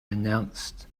announced